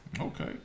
Okay